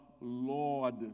Lord